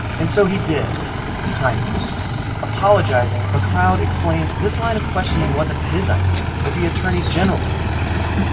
and so he did kind of apologizing, mcleod explained this line of questioning wasn't his idea, that the attorney general had made him do it.